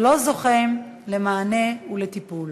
ולא זוכה למענה ולטיפול.